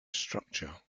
structure